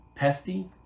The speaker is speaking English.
pesty